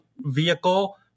vehicle